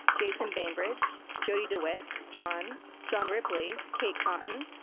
jason bainbridge, jody dewitt, john john ripley, kate cotton,